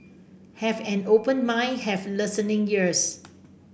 have an open mind have listening ears